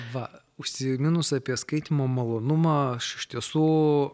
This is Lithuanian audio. va užsiminus apie skaitymo malonumą aš iš tiesų o